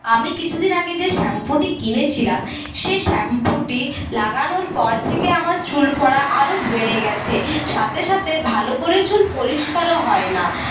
আমি কিছুদিন আগে যে শ্যাম্পুটি কিনেছিলাম সে শ্যাম্পুটি লাগানোর পর থেকে আমার চুল পড়া আরও বেড়ে গেছে সাথে সাথে ভালো করে চুল পরিষ্কারও হয় না